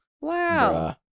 wow